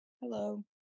Hello